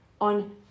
on